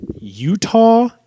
Utah